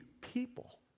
people